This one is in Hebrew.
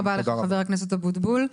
תודה רבה לך חבר הכנסת אבוטבול.